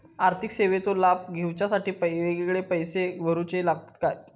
आर्थिक सेवेंचो लाभ घेवच्यासाठी वेगळे पैसे भरुचे लागतत काय?